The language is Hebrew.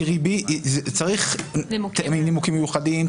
צריך נימוקים מיוחדים,